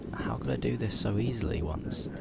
how could i do this so easily, once?